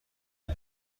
کار